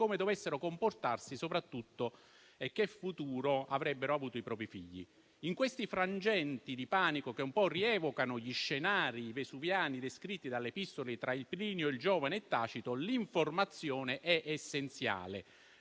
come dovessero comportarsi, e soprattutto che futuro avrebbero avuto i propri figli. In questi frangenti di panico che un po' rievocano gli scenari vesuviani descritti dalle epistole tra Plinio il Giovane e Tacito, l'informazione è essenziale.